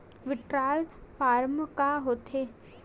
withdrawal form का होथेय